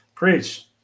Preach